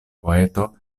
poeto